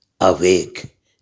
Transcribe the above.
awake